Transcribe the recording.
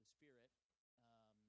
spirit